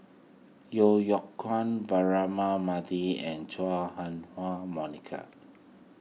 Yeo Yeow Kwang Braema Mathi and Chua Ah Huwa Monica